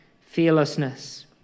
fearlessness